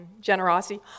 generosity